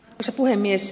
arvoisa puhemies